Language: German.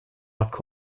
machte